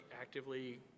actively